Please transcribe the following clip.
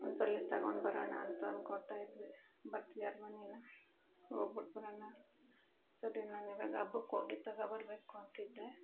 ಒಂದ್ಸಲ ತಗೊಂಡ್ಬರೋಣ ಅಂತ ಅನ್ಕೊತಾಯಿದ್ವಿ ಬರ್ತೀಯಲ್ವ ನೀನು ಹೋಗ್ಬುಟ್ ಬರೋಣ ಸರಿ ನಾನಿವಾಗ ಹಬ್ಬಕ್ ಹೋಗಿ ತಗೋಬರ್ಬೇಕು ಅಂತಿದ್ದೆ